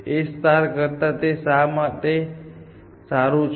A કરતાં તે શા માટે સારું છે